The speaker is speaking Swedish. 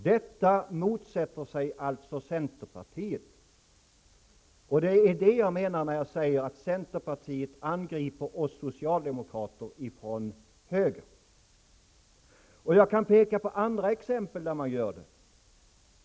Detta motsätter sig alltså centerpartiet. Det är detta jag menar när jag säger att centerpartiet angriper oss socialdemokrater från höger. Jag kan peka på andra exempel där man också gör det.